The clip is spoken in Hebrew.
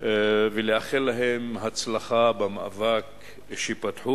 ולאחל להם הצלחה במאבק שפתחו,